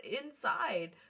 inside